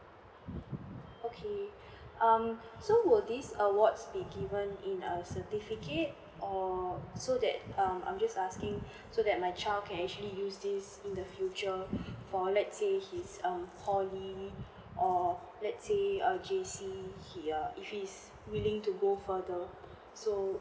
okay um so will this award be given in a certificate or so that um I'm just asking so that my child can actually use this in the future for let's say he is on poly or let's say err J_C he err if he's willing to go for the so